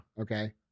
Okay